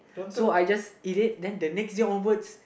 so I just eat it then the next day onwards